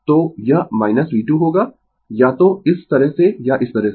तो यह V2 होगा या तो इस तरह से या इस तरह से